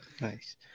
Nice